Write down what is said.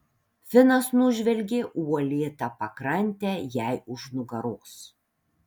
finas nužvelgė uolėtą pakrantę jai už nugaros